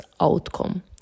outcome